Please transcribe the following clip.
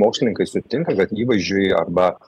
mokslininkai sutinka kad įvaizdžiui arba